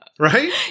Right